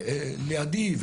ולידי,